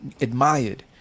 admired